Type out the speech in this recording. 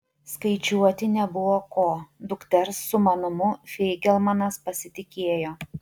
skaičiuoti nebuvo ko dukters sumanumu feigelmanas pasitikėjo